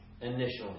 initially